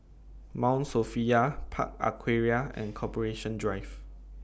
Mount Sophia Park Aquaria and Corporation Drive